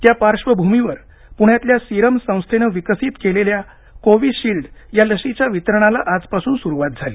त्या पार्श्वभूमीवर पुण्यातल्या सीरम संस्थेनं विकसित केलेल्या कोव्हिशील्ड या लशीच्या वितरणाला आजपासून सुरुवात झाली